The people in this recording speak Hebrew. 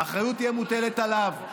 האחריות תהיה מוטלת עליו.